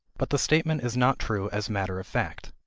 but the statement is not true as matter of fact.